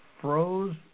froze